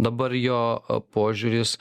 dabar jo požiūris